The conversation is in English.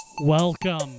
Welcome